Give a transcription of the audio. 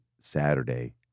Saturday